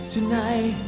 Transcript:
Tonight